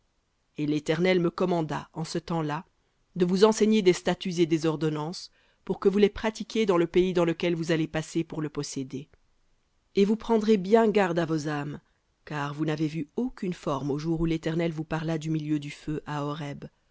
et l'éternel me commanda en ce temps-là de vous enseigner des statuts et des ordonnances pour que vous les pratiquiez dans le pays dans lequel vous allez passer pour le posséder et vous prendrez bien garde à vos âmes car vous n'avez vu aucune forme au jour où l'éternel vous